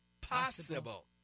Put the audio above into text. Possible